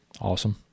Awesome